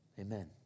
Amen